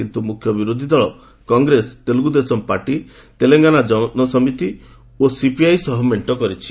କିନ୍ତୁ ମୁଖ୍ୟ ବିରୋଧୀ ଦଳ କଂଗ୍ରେସ ତେଲୁଗୁଦେଶମ ପାର୍ଟି ତେଲେଙ୍ଗାନା ଜନ ସମିତି ଓ ସିପିଆଇ ସହ ମେଣ୍ଟ କରିଛି